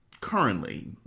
currently